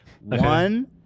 One